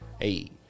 hey